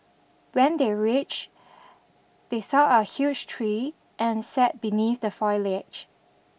when they reached they saw a huge tree and sat beneath the foliage